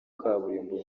kaburimbo